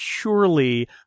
purely